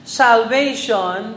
salvation